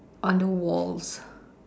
on the walls